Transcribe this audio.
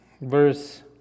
verse